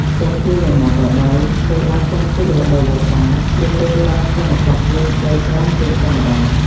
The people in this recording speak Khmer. ទោះជាយ៉ាងណាក៏ដោយ គេអាចចាត់ទុក រដូវវស្សា ជាពេលដែលផ្លែម្កាក់មានផ្លែច្រើនជាងធម្មតា។